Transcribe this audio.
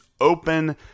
open